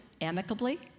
amicably